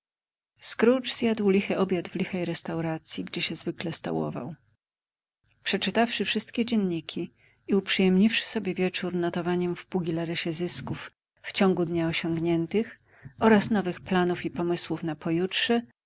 scrooge zjadł lichy obiad w lichej restauracji gdzie się zwykle stołował przeczytawszy wszystkie dzienniki i uprzyjemniwszy sobie wieczór notowaniem w pugilaresie zysków w ciągu dnia osiągniętych oraz nowych planów i pomysłów na pojutrze